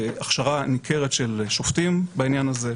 הכשרה ניכרת של שופטים בעניין הזה,